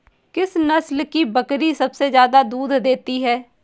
किस नस्ल की बकरी सबसे ज्यादा दूध देती है?